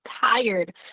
tired